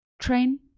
train